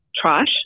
trash